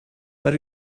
but